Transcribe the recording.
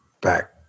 back